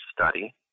study